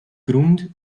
grund